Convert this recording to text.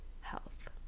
health